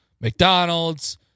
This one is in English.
McDonald's